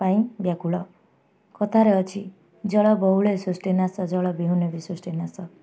ପାଇଁ ବ୍ୟାକୁଳ କଥାରେ ଅଛି ଜଳ ବହୁଳେ ସୃଷ୍ଟି ନାଶ ଜଳ ବିହୁନେ ବି ସୃଷ୍ଟି ନାଶ